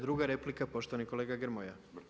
Druga replika, poštovani kolega Grmoja.